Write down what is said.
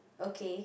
okay